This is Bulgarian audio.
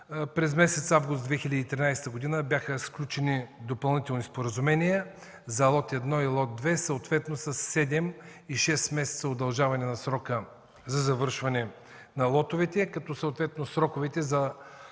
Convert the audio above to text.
През месец август 2013 г. бяха сключени допълнителни споразумения за лот 1 и лот 2, съответно със седем и шест месеца удължаване на срока за завършване на лотовете, като съответно лот 1